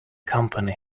company